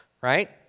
right